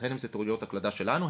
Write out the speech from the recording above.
הן אם זה טעויות הקלדה שלנו,